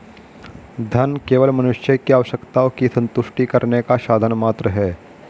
धन केवल मनुष्य की आवश्यकताओं की संतुष्टि करने का साधन मात्र है